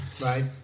Right